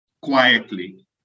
quietly